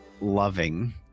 loving